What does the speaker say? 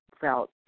felt